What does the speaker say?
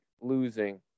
losing